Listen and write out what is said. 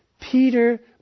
Peter